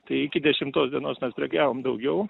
tai iki dešimtos dienos mes prekiavom daugiau